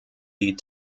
die